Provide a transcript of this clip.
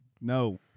No